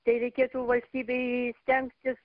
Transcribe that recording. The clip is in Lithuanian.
tai reikėtų valstybei stengtis